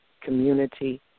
community